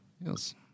Yes